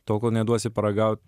tol kol neduosi paragaut